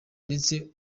ndetse